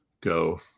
go